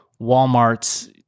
Walmart's